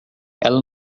ela